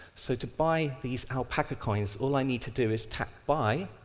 so, to buy these alpacacoins, all i need to do is tap buy